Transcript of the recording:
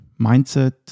mindset